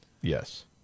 Yes